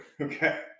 Okay